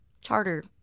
Charter